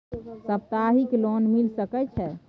सप्ताहिक लोन मिल सके छै?